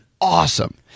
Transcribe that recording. awesome